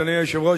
אדוני היושב-ראש,